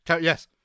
yes